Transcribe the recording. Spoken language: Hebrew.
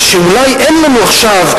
ושאולי אין לנו עכשיו,